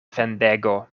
fendego